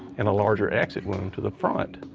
and a larger exit wound to the front.